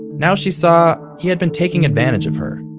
now, she saw he had been taking advantage of her.